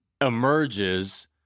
emerges